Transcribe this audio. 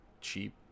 cheap